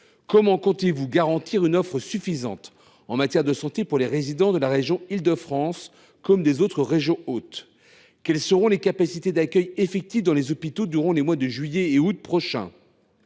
Comment comptez vous garantir une offre suffisante en matière de santé pour les résidents de la région d’Île de France comme des autres régions hôtes ? Quelles seront les capacités d’accueil effectives dans les hôpitaux durant les mois de juillet et août prochain ?